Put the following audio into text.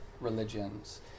religions